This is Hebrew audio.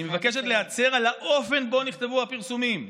אני מבקשת להצר על האופן שבו נכתבו הפרסומים,